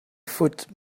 foot